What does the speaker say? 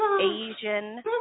Asian